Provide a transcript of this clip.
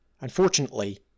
Unfortunately